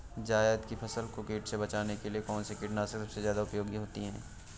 जायद की फसल को कीट से बचाने के लिए कौन से कीटनाशक सबसे ज्यादा उपयोगी होती है?